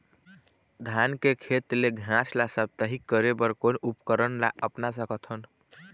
धान के खेत ले घास ला साप्ताहिक करे बर कोन उपकरण ला अपना सकथन?